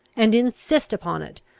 and insist upon it,